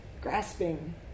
grasping